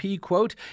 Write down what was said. quote